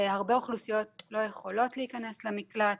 הרבה אוכלוסיות מתוכן לא יכולות להיכנס למקלט